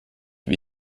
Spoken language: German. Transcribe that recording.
wie